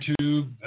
YouTube